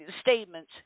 statements